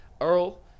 Earl